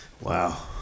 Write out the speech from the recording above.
Wow